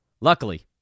Luckily